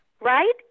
right